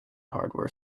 hardware